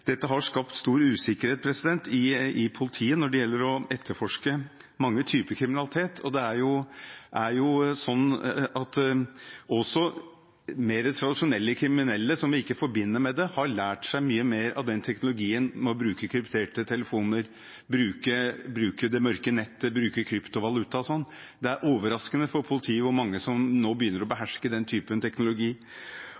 gjelder å etterforske mange typer kriminalitet. Også mer tradisjonelle kriminelle, som vi ikke forbinder med det, har lært seg mye mer av teknologien med å bruke krypterte telefoner, bruke det mørke nettet, bruke kryptovaluta o.l. Det er overraskende for politiet hvor mange som nå begynner å